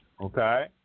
Okay